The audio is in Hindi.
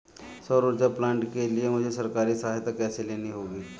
सौर ऊर्जा प्लांट के लिए मुझे सरकारी सहायता कैसे लेनी होगी?